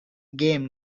game